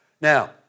Now